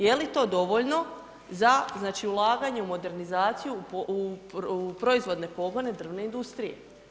Je li to dovoljno za znači ulaganje u modernizaciju u proizvodne pogone drvne industrije?